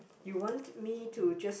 you want me to just